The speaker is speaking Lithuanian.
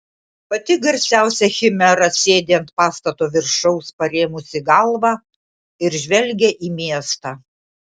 pati garsiausia chimera sėdi ant pastato viršaus parėmusi galvą ir žvelgia į miestą